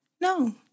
no